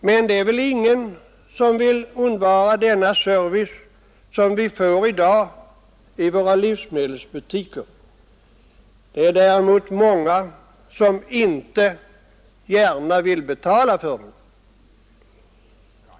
Men det är väl ingen som vill undvara den service som vi får i dag i våra livsmedelsbutiker. Det är däremot många som inte gärna vill betala för den.